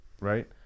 right